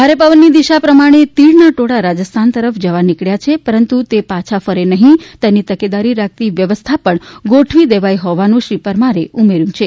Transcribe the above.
ભારે પવન ની દિશા પ્રમાણે તીડ ના ટોળાં રાજસ્થાન તરફ જવા નીકબ્યા છે પરંતુ તે પાછાં ફરે નહીં તેની તકેદારી રાખતી વ્યવસ્થા પણ ગોઠવી દેવાઈ હોવાનું શ્રી પરમારે ઉમેર્યું છે